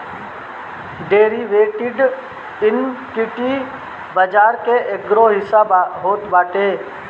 derivative, equity बाजार के एगो हिस्सा होत बाटे